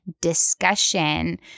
discussion